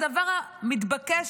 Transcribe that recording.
הדבר המתבקש,